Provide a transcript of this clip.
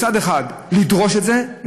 מצד אחד לדרוש את זה,